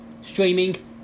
streaming